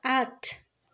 आठ